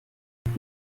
amwe